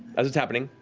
as it's happening.